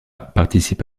participe